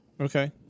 Okay